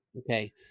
Okay